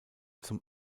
zum